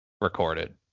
recorded